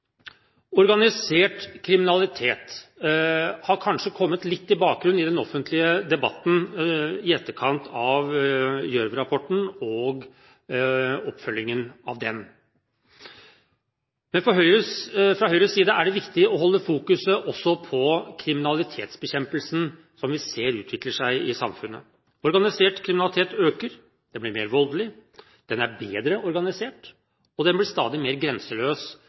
Organisert kriminalitet har kanskje kommet litt i bakgrunnen i den offentlige debatten i etterkant av Gjørv-rapporten og oppfølgingen av den. Fra Høyres side er det viktig å holde fokus også på bekjempelse av kriminalitet som vi ser utvikle seg i samfunnet. Organisert kriminalitet øker, den blir mer voldelig, den er bedre organisert, den blir stadig mer grenseløs